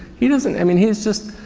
he doesn't, i mean, he is just,